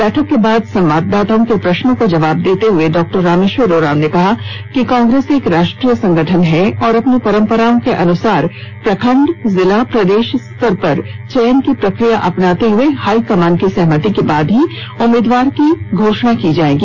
बैठक के बाद संवाददाताओं के प्रश्नों का जवाब देते हुए डा रामेश्वर उराँव ने कहा कांग्रेस एक राष्ट्रीय संगठन है और हम अपनी परंपराओं के अनुसार प्रखंडजिला प्रदेश स्तर पर चयन की प्रक्रिया को अपनाते हुए हाईकमान की सहमति के बाद ही उम्मीदवार की घोषणा करते हैं